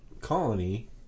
colony